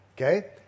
Okay